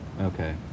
Okay